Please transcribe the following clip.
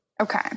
Okay